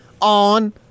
on